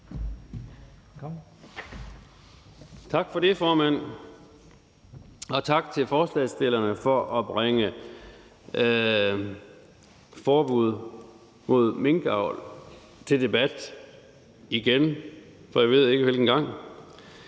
Tak for det, formand, og tak til forslagsstillerne for at bringe forbud mod minkavl til debat igen for, jeg ved ikke hvilken gang.